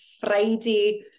Friday